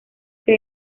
que